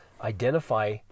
identify